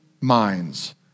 minds